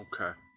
Okay